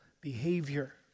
behavior